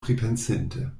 pripensinte